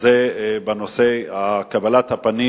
וזה בנושא קבלת הפנים